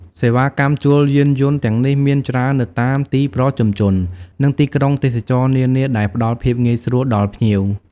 សេវាកម្មជួលយានយន្តទាំងនេះមានច្រើននៅតាមទីប្រជុំជន និងទីក្រុងទេសចរណ៍នានា ដែលផ្តល់ភាពងាយស្រួលដល់ភ្ញៀវ។